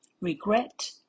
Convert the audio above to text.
regret